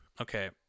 Okay